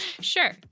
Sure